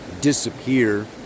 disappear